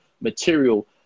material